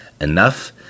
enough